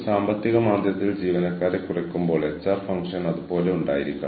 അതിനാൽ human resource പ്രൊഫഷണലിന്റെ ജോലി എന്താണ്